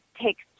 takes